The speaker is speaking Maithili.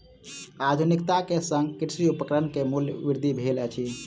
आधुनिकता के संग कृषि उपकरण के मूल्य वृद्धि भेल अछि